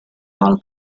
alone